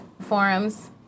forums